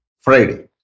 Friday